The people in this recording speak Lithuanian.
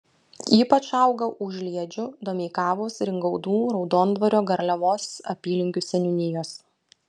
ypač auga užliedžių domeikavos ringaudų raudondvario garliavos apylinkių seniūnijos